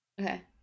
Okay